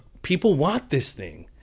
people want this thing.